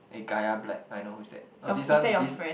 eh Gaia Black I know who is that oh this one this